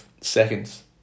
seconds